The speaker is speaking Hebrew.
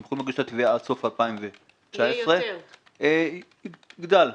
אם יגישו תביעות עד סוף 2019 זה יגדל,